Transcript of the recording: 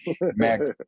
Max